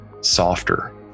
softer